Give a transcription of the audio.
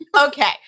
Okay